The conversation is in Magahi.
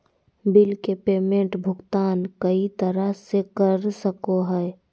बिल के पेमेंट भुगतान कई तरह से कर सको हइ